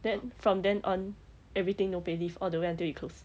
then from then on everything no pay leave all the way until it close